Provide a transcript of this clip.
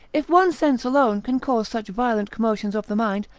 if one sense alone can cause such violent commotions of the mind,